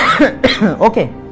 Okay